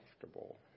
comfortable